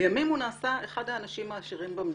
לימים הוא נעשה אחד האנשים העשירים במדינה,